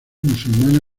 musulmana